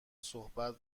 صحبت